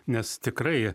nes tikrai